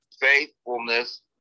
faithfulness